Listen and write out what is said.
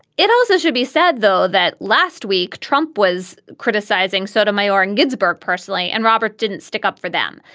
it also should be said, though, that last week trump was criticizing sotomayor and ginsburg personally, and robert didn't stick up for them.